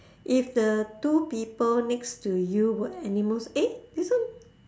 if the two people next to you were animals eh this one